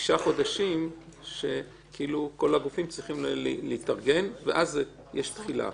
ותשעה חודשים שכל הגופים צריכים להתארגן ואז יש תחילה.